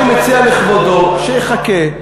אני מציע לכבודו שיחכה,